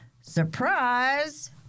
Surprise